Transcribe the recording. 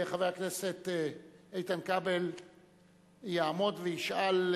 חבר הכנסת איתן כבל יעמוד וישאל,